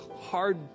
hard